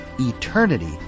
eternity